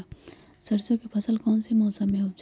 सरसों की फसल कौन से मौसम में उपजाए?